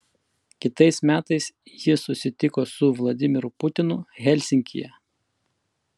kitais metais ji susitiko su vladimiru putinu helsinkyje